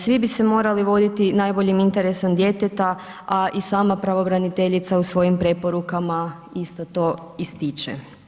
Svi bi se morali voditi najboljim interesom djeteta a i sama pravobraniteljica u svojim preporukama isto to ističe.